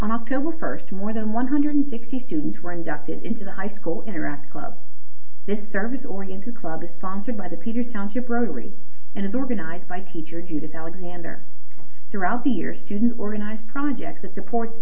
on october first more than one hundred sixty students were inducted into the high school interact club this service oriented club is sponsored by the peter township rotary and it's organized by teacher jude alexander throughout the year student organized project that supports